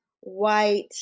white